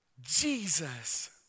Jesus